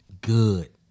good